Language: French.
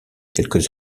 quelques